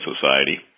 society